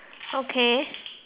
okay